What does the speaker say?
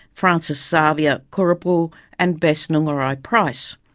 francis ah xavier kurrupuwu, and bess nungarrayi price.